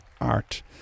art